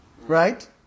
right